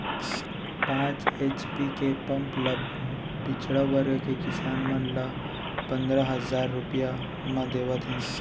पांच एच.पी के पंप ल पिछड़ा वर्ग के किसान मन ल पंदरा हजार रूपिया म देवत हे